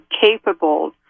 capable